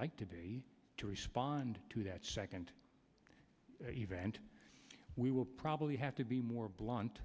like to be to respond to that second event we will probably have to be more blunt